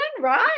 right